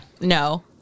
No